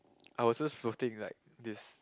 I was just floating like this